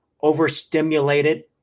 Overstimulated